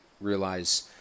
realize